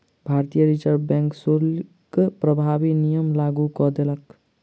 भारतीय reserve bank शुल्क प्रभावी नियम लागू कय देलक